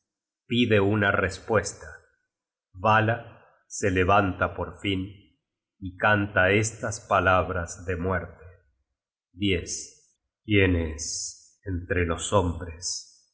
pide una respuesta vala se levanta por fin y canta estas palabras de muerte quién es entre los hombres